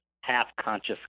half-conscious